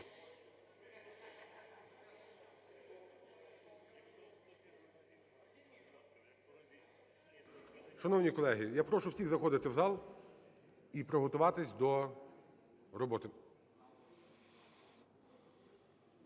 Шановні колеги, я прошу всіх заходити в зал і приготуватись до роботи.